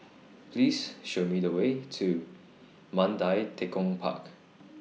Please Show Me The Way to Mandai Tekong Park